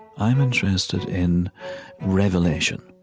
i'm interested in revelation,